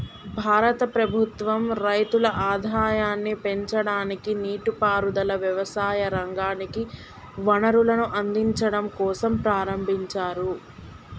భారత ప్రభుత్వం రైతుల ఆదాయాన్ని పెంచడానికి, నీటి పారుదల, వ్యవసాయ రంగానికి వనరులను అందిచడం కోసంప్రారంబించారు